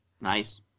Nice